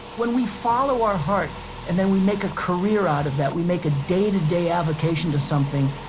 when we follow our heart and then we make a career out of that, we make a day-to-day avocation to something,